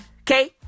Okay